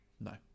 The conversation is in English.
no